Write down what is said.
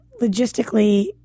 logistically